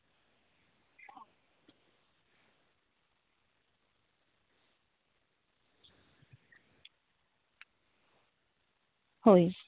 ᱦᱳᱭ